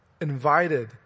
invited